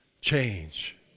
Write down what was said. change